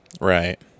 Right